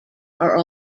are